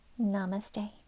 Namaste